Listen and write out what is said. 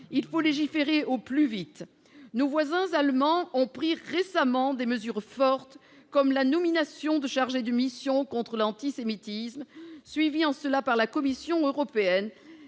il faut légiférer au plus vite. Nos voisins Allemands ont récemment pris des mesures fortes, comme la nomination de chargés de mission contre l'antisémitisme, suivis en cela par la Commission européenne,